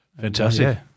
Fantastic